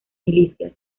milicias